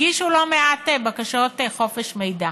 הגישו לא מעט בקשות לפי חופש מידע.